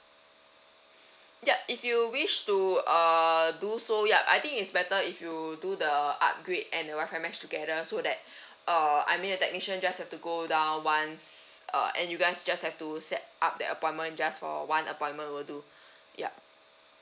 yup if you wish to uh do so yup I think it's better if you do the upgrade and the wifi mesh together so that uh I mean the technician just have to go down once and you guys just have to set up the appointment just for one appointment will do yup